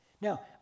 Now